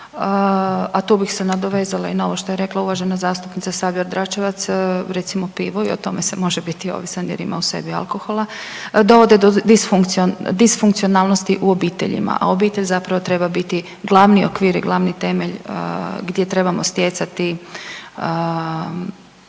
a tu bih se nadovezala i na ovo što je rekla uvažena zastupnica Sabljar Dračevac, recimo pivo i o tome se može biti ovisan jer ima u sebi alkohola, dovode disfunkcionalnosti u obiteljima, a obitelj zapravo treba biti glavni okvir i glavni temelj gdje trebamo stjecati svoje